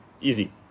easy